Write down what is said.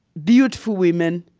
beautiful women,